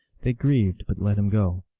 they grieved, but let him go.